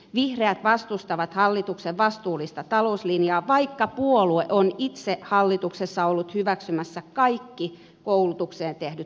vihreät vastustavat hallituksen vastuullista talouslinjaa vaikka puolue on itse hallituksessa ollut hyväksymässä kaikki koulutukseen tehdyt säästöpäätökset